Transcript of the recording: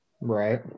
Right